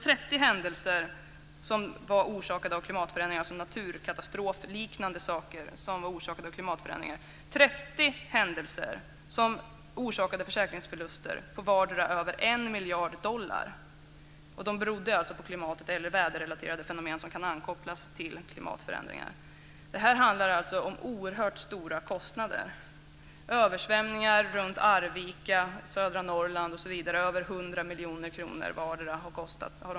30 naturkatastrofliknande händelser orsakade av klimatförändringar orsakade försäkringsförluster på vardera över 1 miljard dollar. De berodde på klimatet eller på väderrelaterade fenomen som kan kopplas till klimatförändringar. Det är oerhört stora kostnader. Översvämningar runt Arvika och i södra Norrland, osv., har kostat över 100 miljoner kronor vardera.